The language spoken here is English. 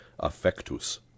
affectus